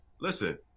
listen